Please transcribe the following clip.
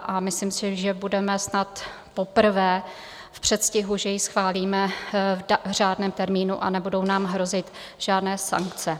A myslím si, že budeme snad poprvé v předstihu, že ji schválíme v řádném termínu a nebudou nám hrozit žádné sankce.